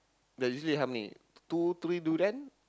then usually how many two three durian